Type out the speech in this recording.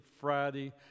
Friday